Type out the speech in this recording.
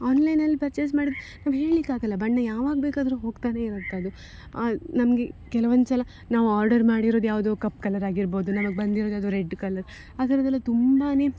ಆನ್ಲೈನಲ್ಲಿ ಪರ್ಚೇಸ್ ಮಾಡಿದರೆ ನಾವು ಹೇಳಲಿಕ್ಕಾಗಲ್ಲ ಬಣ್ಣ ಯಾವಾಗ ಬೇಕಾದ್ರೂ ಹೋಗ್ತಲೇ ಇರುತ್ತದು ನಮಗೆ ಕೆಲವೊಂದುಸಲ ನಾವು ಆರ್ಡರ್ ಮಾಡಿರೋದು ಯಾವುದೋ ಕಪ್ಪು ಕಲರಾಗಿರ್ಬೋದು ನಮಗೆ ಬಂದಿರೋದು ಯಾವುದೋ ರೆಡ್ ಕಲರ್ ಆ ಥರದ್ದೆಲ್ಲ ತುಂಬಾ